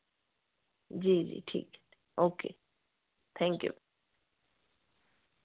जी जी ठीक है ओके थैंक यू